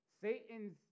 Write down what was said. Satan's